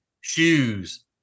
shoes